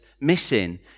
missing